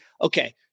okay